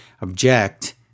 object